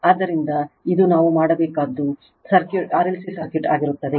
ಆದ್ದರಿಂದ ಇದು ನಾವು ಮಾಡಬೇಕಾದದ್ದು RLC ಸರ್ಕ್ಯೂಟ್ ಆಗಿರುತ್ತದೆ